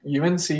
UNC